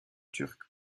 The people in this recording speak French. turque